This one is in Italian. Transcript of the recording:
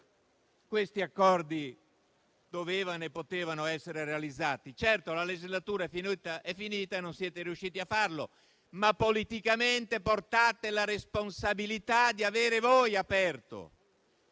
tali accordi dovevano e potevano essere realizzati. Certo, la legislatura è finita e non siete riusciti a farlo, ma politicamente portate la responsabilità di aver aperto